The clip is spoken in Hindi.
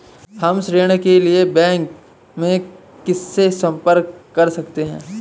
हम ऋण के लिए बैंक में किससे संपर्क कर सकते हैं?